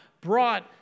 brought